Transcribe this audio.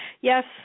yes